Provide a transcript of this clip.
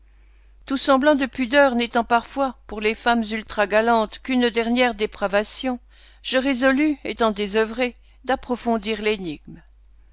tout semblant de pudeur n'étant parfois pour les femmes ultra galantes qu'une dernière dépravation je résolus étant désœuvré d'approfondir l'énigme